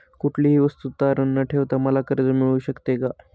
कुठलीही वस्तू तारण न ठेवता मला कर्ज मिळू शकते का?